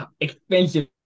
expensive